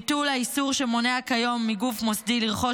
ביטול האיסור שמונע כיום מגוף מוסדי לרכוש